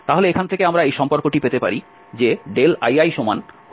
তাহলে এখান থেকে আমরা এই সম্পর্কটি পেতে পারি যে li1fi2Δxi